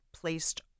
placed